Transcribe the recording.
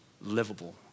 livable